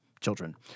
children